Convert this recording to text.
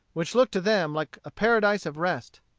which looked to them like a paradise of rest.